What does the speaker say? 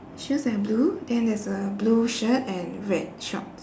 shoes are blue then there's a blue shirt and red shorts